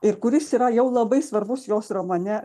ir kuris yra jau labai svarbus jos romane